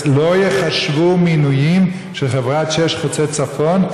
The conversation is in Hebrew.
לא ייחשבו מנויים של חברת כביש 6 חוצה צפון,